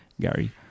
Gary